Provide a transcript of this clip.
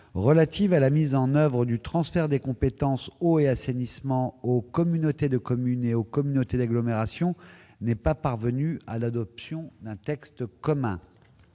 relative à la mise en oeuvre du transfert des compétences eau et assainissement aux communautés de communes et aux communautés d'agglomération n'est pas parvenue à l'adoption d'un texte commun.